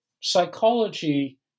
psychology